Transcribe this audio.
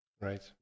Right